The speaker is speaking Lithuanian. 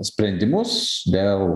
sprendimus dėl